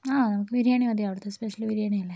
നമുക്ക് ബിരിയാണി മതി അവിടുത്തെ സ്പെഷ്യൽ ബിരിയാണിയല്ലേ